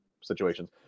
situations